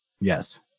Yes